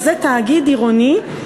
וזה תאגיד עירוני,